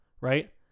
right